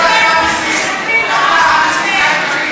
אתה המסית העיקרי.